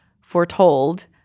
foretold